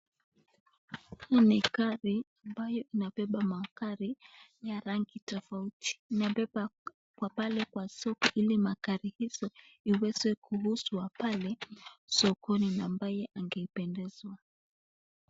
Huu ni gari ambayo inabeba magari, ni ya rangi tofauti. Inabeba kwa pale kwa soko ili magari hizo ziweze kuuzwa pale sokoni ambaye angependezwa.